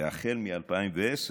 והחל מ-2010,